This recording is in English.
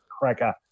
cracker